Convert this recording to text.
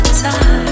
time